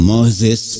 Moses